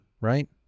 right